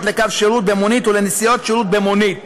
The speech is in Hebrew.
לקו שירות במונית ולנסיעת שירות במונית,